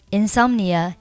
insomnia